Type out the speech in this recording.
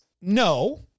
No